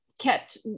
kept